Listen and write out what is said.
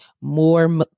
more